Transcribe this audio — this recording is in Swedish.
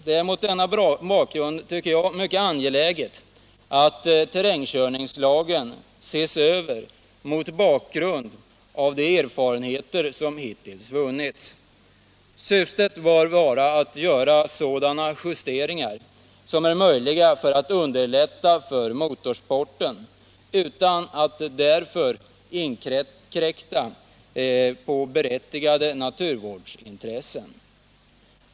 Det är mot denna bakgrund, tycker jag, angeläget att terrängkörningslagen ses över mot bakgrund av de erfarenheter som hittills vunnits. Syftet bör vara att göra sådana justeringar som är möjliga för att un derlätta motorsportverksamheten, utan att därför inkräkta på berättigade naturvårdsintressen.